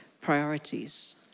priorities